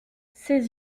ses